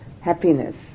happiness